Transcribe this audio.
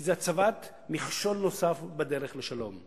כי זה הצבת מכשול נוסף בדרך לשלום.